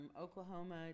Oklahoma